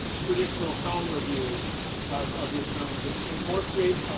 traditional film reviews of of your films. and and more create